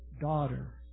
daughter